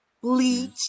bleach